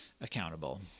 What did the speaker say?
accountable